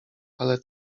ale